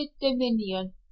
dominion